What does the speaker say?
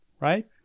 right